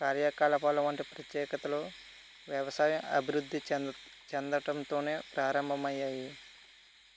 కార్యకలాపాలవంటి ప్రత్యేకతలు వ్యవసాయ అభివృద్ధి చెందటంతో ప్రారంభం అయ్యాయి